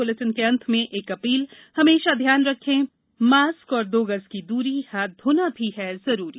इस बुलेटिन के अंत में एक अपील हमेशा ध्यान रखें मास्क और दो गज की दूरी हाथ धोना भी है जरूरी